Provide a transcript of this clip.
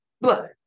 blood